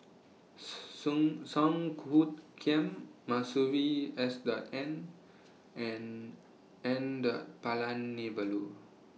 Song Some Kiam Masuri S W N and N Palanivelu